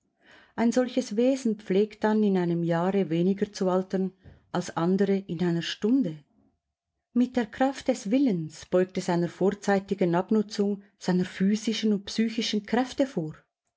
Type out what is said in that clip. ein solches wesen pflegt dann in einem jahre weniger zu altern als andere in einer stunde mit der kraft des willens beugt es einer vorzeitigen abnutzung seiner physischen und psychischen kräfte vor